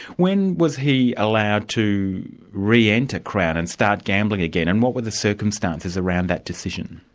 when was he allowed to re-enter crown and start gambling again, and what were the circumstances around that decision?